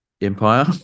empire